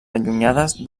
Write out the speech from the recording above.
allunyades